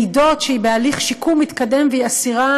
מעידות שהיא בהליך שיקום מתקדם והיא אסירה